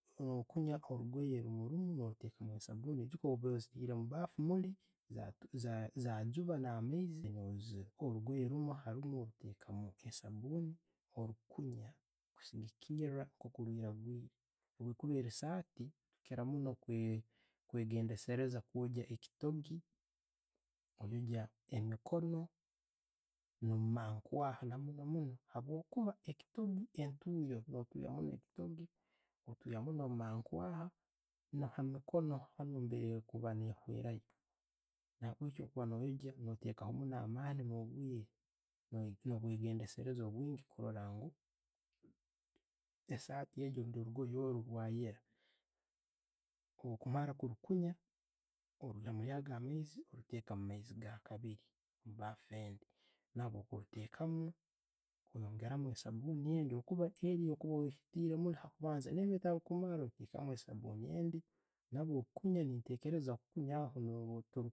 No' kunya orugooye rumurumu no'tekamu sabbuni ejuuka obaire oziteire omubaafu muli, zagyuba na'amaizi, no'yogya orugoye rumu harumu olitekamu nka saabuni, orikunya kusigikira nkolirwagiire. Bwekuba esaati, okira munno okwegendesereza okwogya ekitoogi, oyogya emikoono, no'mumankwaha na muno muno, entuuyo, no'tuya omukitoogi, no'tuuya munno omumankwaha, na ha mikono hanu nambiiri okubeera newiirayo. Nabwekyo bwokuba no'yogya, notekamu amaani no'bwiire no bwegendereseeza bwingi kurora ngu esaati egyo orundi orugoye orwo rwayeera. Kokumara kurukunya, oriiya mwago amaizi, oruteeza omumaizi gakabiiri mu bafffu endi. Nabo bwo'kubitekamu, n'oyongeraho esaabuuni habwokuba erri gyokuba otteiremu muuli akubanza neba etarikumara, no'teekamu saabuuni endi, nabwo okukunya nentekereza okukunya aho nobwo